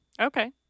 okay